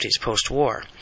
post-war